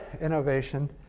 innovation